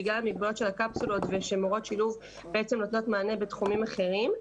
בגלל המגבלות של הקפסולות ומורות שילוב שנותנות מענה בתחומים אחרים.